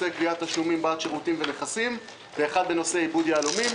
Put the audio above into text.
קביעת תשלומים ונכסים ואחד בנושא עיבוד יהלומים.